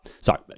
sorry